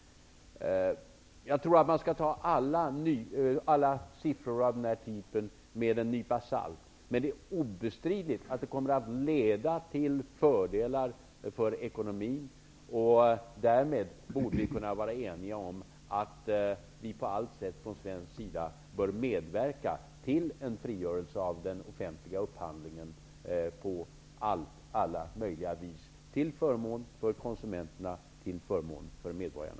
Jag tror att man skall ta alla siffror av den här typen med en nypa salt. Men det är obestridligt att det kommer att leda till fördelar för ekonomin. Därmed borde vi kunna vara eniga om att vi från svensk sida på allt sätt bör medverka till en frigörelse av den offentliga upphandlingen till förmån för konsumenterna och för medborgarna.